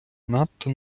надто